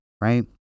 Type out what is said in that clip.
right